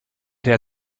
der